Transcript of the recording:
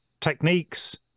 techniques